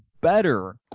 better